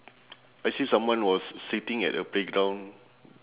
I see someone was sitting at a playground